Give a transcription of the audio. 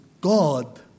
God